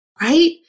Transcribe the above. right